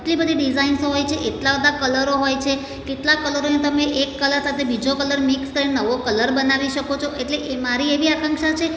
એટલી બધી ડિઝાઇન્સો હોય છે એટલા બધા કલરો હોય છે કેટલા કલરોને તમે એક કલર સાથે બીજો કલર મિક્સ કરી નવો કલર બનાવી શકો છો એટલે એ મારી એવી આકાંક્ષા છે